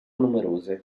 numerose